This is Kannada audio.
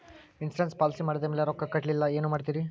ಇನ್ಸೂರೆನ್ಸ್ ಪಾಲಿಸಿ ಮಾಡಿದ ಮೇಲೆ ರೊಕ್ಕ ಕಟ್ಟಲಿಲ್ಲ ಏನು ಮಾಡುತ್ತೇರಿ?